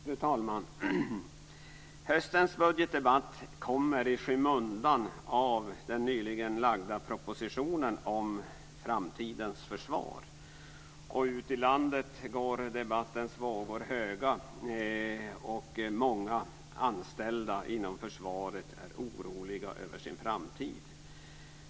Fru talman! Höstens budgetdebatt kommer i skymundan av den nyligen framlagda propositionen om framtidens försvar. Ute i landet går debattens vågor höga, och många anställda inom försvaret är oroliga över sin framtid.